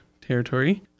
territory